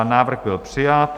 Návrh byl přijat.